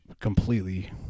completely